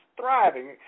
thriving